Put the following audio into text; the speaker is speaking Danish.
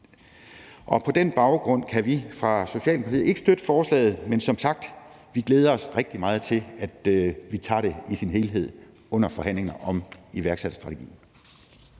på den baggrund kan vi fra Socialdemokratiets side ikke støtte forslaget, men som sagt glæder vi os rigtig meget til, at vi tager det i sin helhed under forhandlinger om iværksætterstrategien.